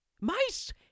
Mice